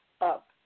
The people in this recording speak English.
up